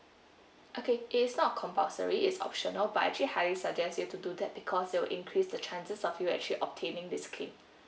okay it is not compulsory it's optional but I actually highly suggest you to do that because it'll increase the chances of you actually obtaining this claim